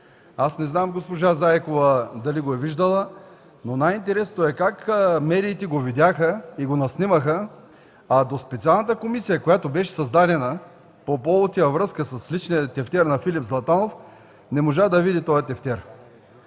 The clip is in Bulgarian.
Аз не знам госпожа Заякова дали го е виждала, но най-интересното е как медиите го видяха и снимаха, а специалната комисия, която беше създадена по повод и във връзка с личния тефтер на Филип Златанов, не можа да го види.